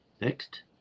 Next